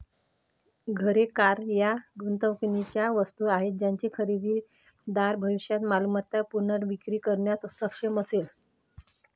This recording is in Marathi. घरे, कार या गुंतवणुकीच्या वस्तू आहेत ज्याची खरेदीदार भविष्यात मालमत्ता पुनर्विक्री करण्यास सक्षम असेल